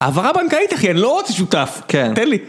העברה בנקאית אחי, אני לא רוצה שותף. כן. תן לי.